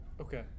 Okay